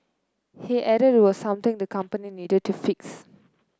he added it was something the company needed to fix